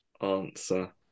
answer